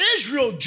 Israel